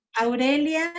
Aurelia